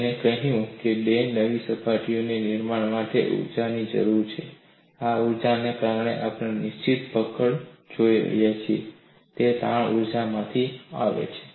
તેમણે કહ્યું બે નવી સપાટીઓના નિર્માણ માટે ઊર્જાની જરૂર છે અને આ ઊર્જા કારણ કે આપણે નિશ્ચિત પકડ જોઈ રહ્યા છીએ તે તાણ ઊર્જામાંથી આવે છે